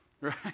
Right